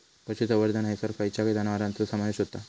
पशुसंवर्धन हैसर खैयच्या जनावरांचो समावेश व्हता?